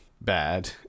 bad